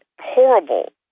horrible